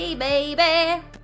baby